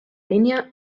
línia